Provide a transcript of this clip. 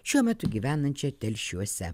šiuo metu gyvenančią telšiuose